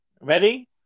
Ready